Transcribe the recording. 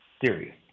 theory